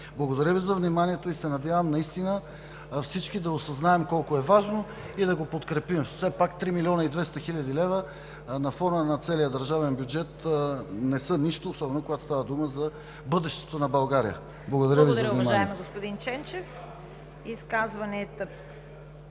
Благодаря Ви за вниманието и се надявам всички да осъзнаем колко е важно и да го подкрепим. Все пак 3 млн. 200 хил. лв. на фона на целия държавен бюджет не са нищо, особено когато става дума за бъдещето на България. Благодаря Ви за вниманието.